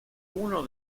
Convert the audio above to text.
uno